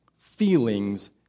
feelings